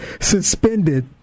suspended